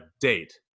date